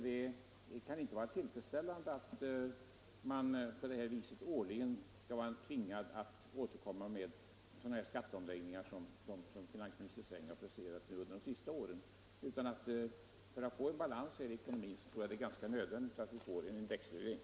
Det kan inte vara tillfredsställande att man på detta vis årligen skall vara tvingad att återkomma med sådana här skatteomläggningar som finansminister Sträng presenterat under de senaste åren. För att få balans i ekonomin är det enligt vad jag tror nödvändigt att det genomförs en indexreglering.